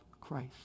Christ